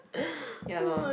ya lor